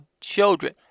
children